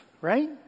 right